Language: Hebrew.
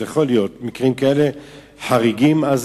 אז יכולים להיות מקרים חריגים כאלה,